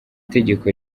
tegeko